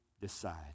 decide